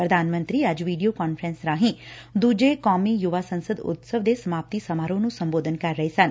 ਪ੍ਰਧਾਨ ਮੰਤਰੀ ਅੱਜ ਵੀਡੀਓ ਕਾਨਫਰੰਸ ਰਾਹੀਂ ਦੁਜੇ ਕੌਮੀ ਯੁਵਾ ਸੰਸਦ ਉਤਸਵ ਦੇ ਸਮਾਪਤੀ ਸਮਾਰੋਹ ਨੂੰ ਸੰਬੋਧਨ ਕਰ ਰਹੇ ਸਨ